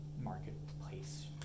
marketplace